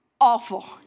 awful